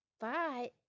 Bye